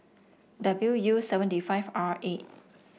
W U seventy five R eight